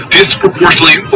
disproportionately